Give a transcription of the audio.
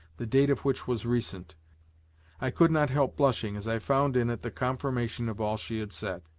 the date of which was recent i could not help blushing as i found in it the confirmation of all she had said